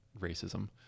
racism